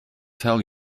tell